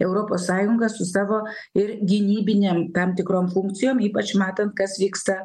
europos sąjungą su savo ir gynybinėm tam tikrom funkcijom ypač matant kas vyksta